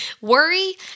worry